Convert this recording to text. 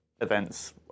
Events